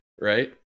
right